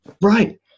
right